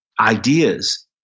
ideas